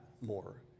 more